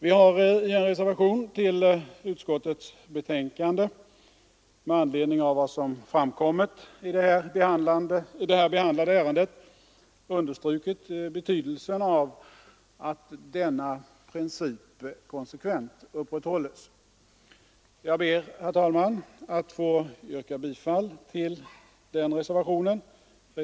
Vi har i en reservation till utskottets betänkande med anledning av vad som framkommit i det här behandlade ärendet understrukit betydelsen av att denna princip konsekvent upprätthålles. Jag ber, herr talman, att få yrka bifall till reservationen P.